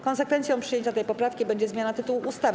Konsekwencją przyjęcia tej poprawki będzie zmiana tytułu ustawy.